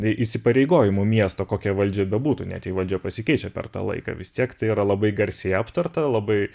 įsipareigojimu miesto kokia valdžia bebūtų net jei valdžia pasikeičia per tą laiką vis tiek tai yra labai garsiai aptarta labai